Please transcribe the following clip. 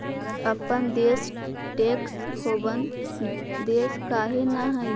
अपन देश tax haven देश काहे न हई?